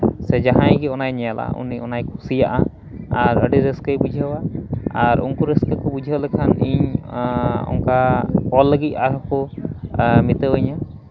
ᱥᱮ ᱡᱟᱦᱟᱸᱭ ᱜᱮ ᱚᱱᱟᱭ ᱧᱮᱞᱟ ᱩᱱᱤ ᱚᱱᱟᱭ ᱠᱩᱥᱤᱭᱟᱜᱼᱟ ᱟᱨ ᱟᱹᱰᱤ ᱨᱟᱹᱥᱠᱟᱹᱭ ᱵᱩᱡᱷᱟᱹᱣᱟ ᱟᱨ ᱩᱱᱠᱩ ᱨᱟᱹᱥᱠᱟᱹ ᱠᱚ ᱵᱩᱡᱷᱟᱹᱣ ᱞᱮᱠᱷᱟᱱ ᱤᱧ ᱚᱱᱠᱟ ᱚᱞ ᱞᱟᱹᱜᱤᱫ ᱟᱨᱦᱚᱸᱭ ᱢᱮᱛᱟᱣᱟᱹᱧᱟᱹ